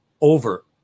over